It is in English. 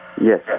yes